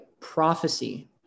prophecy